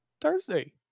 Thursday